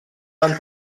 van